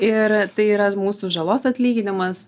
ir tai yra mūsų žalos atlyginimas